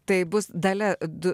tai bus dalia du